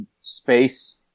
space